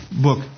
book